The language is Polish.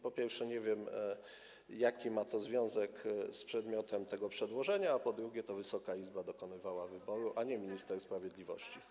Po pierwsze, nie wiem, jaki ma to związek z przedmiotem tego przedłożenia, a po drugie, to Wysoka Izba dokonywała wyboru, a nie minister sprawiedliwości.